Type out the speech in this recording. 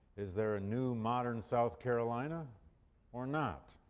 is there a new modern south carolina or not?